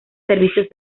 servicios